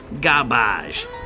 garbage